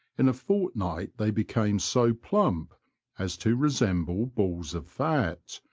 in a fort night they became so plump as to resemble balls of fat,